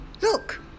Look